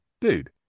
dude